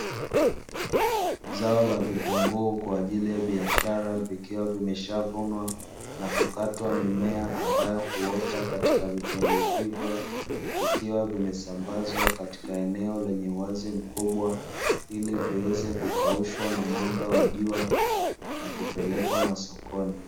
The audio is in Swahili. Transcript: Zao la vitunguu kwa ajili ya biashara, vikiwa vimeshavunwa na kukatwa mimea ambayo uota katika vitunguu hivyo. Vikiwa vimesambazwa katika eneo lenye uwazi mkubwa, ili viweze kukaushwa na mwanga wa jua, na kupelekwa masokoni.